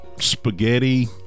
Spaghetti